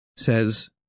says